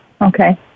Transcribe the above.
okay